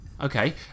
Okay